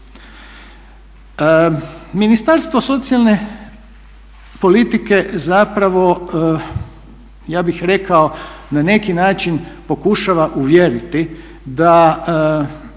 Ministarstvo socijalne politike zapravo ja bih rekao na neki način pokušava uvjeriti